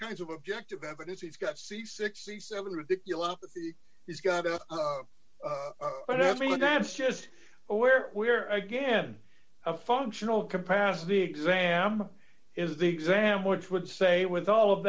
kinds of objective evidence he's got c sixty seven ridiculous he's got a i don't mean that's just where we're again a functional capacity exam is the exam which would say with all of